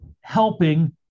helping